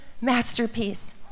masterpiece